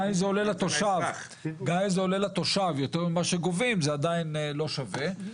גם אם זה עולה לתושב יותר ממה שגובים - זה עדיין לא שווה.